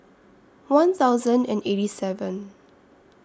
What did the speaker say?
one thousand and eighty seven